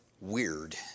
weird